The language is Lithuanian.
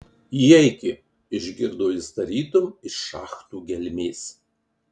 įeiki išgirdo jis tarytum iš šachtų gelmės